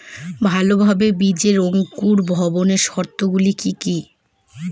ভালোভাবে বীজের অঙ্কুর ভবনের শর্ত গুলি কি কি?